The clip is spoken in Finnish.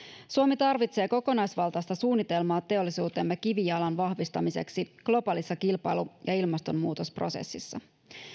suomi tarvitsee kokonaisvaltaista suunnitelmaa teollisuutemme kivijalan vahvistamiseksi globaalissa kilpailu ja ilmastonmuutosprosessissa